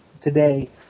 today